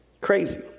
crazy